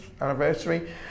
anniversary